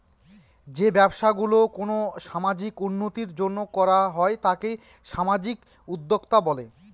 যে ব্যবসা গুলো কোনো সামাজিক উন্নতির জন্য করা হয় তাকে সামাজিক উদ্যক্তা বলে